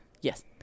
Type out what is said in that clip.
Yes